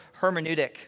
hermeneutic